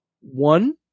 One